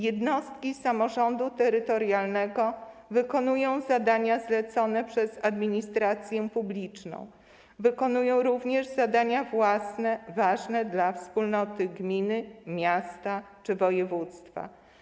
Jednostki samorządu terytorialnego wykonują zadania zlecone przez administrację publiczną, wykonują również zadania własne, które są ważne dla wspólnot gminy, miasta czy województwa.